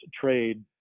trade